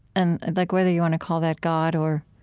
and and like whether you want to call that god or,